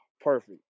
perfect